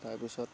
তাৰপিছত